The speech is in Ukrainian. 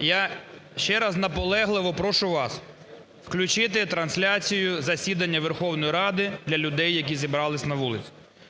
я ще раз наполегливо прошу вас включити трансляцію засідання Верховної Ради для людей, які зібралися на вулиці.